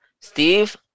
Steve